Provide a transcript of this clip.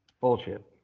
Bullshit